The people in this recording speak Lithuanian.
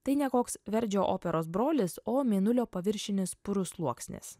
tai ne koks verdžio operos brolis o mėnulio paviršinis purus sluoksnis